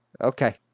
Okay